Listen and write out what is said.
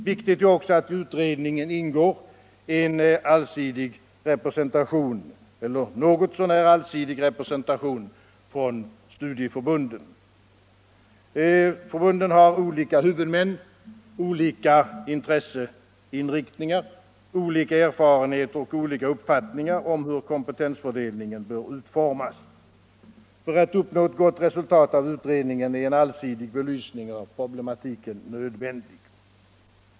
Viktigt är också att i utredningen ingår en — m.m. något så när allsidig representation för studieförbunden. Förbunden har olika huvudmän, olika intresseinriktningar, olika erfarenhet och olika uppfattningar om hur kompetensfördelningen bör utformas. För att uppnå ett gott resultat av utredningen är en allsidig belysning av problematiken nödvändig.